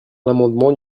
l’amendement